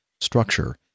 structure